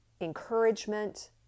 encouragement